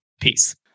Peace